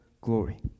glory